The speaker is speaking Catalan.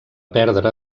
perdre